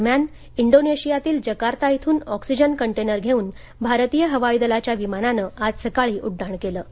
दरम्यान इंडोनेशियातील जाकार्ता इथून ऑक्सिजन कंटेनर घेऊन भारतीय हवाई दलाच्या विमानानं आज सकाळी उड्डाण केलं आहे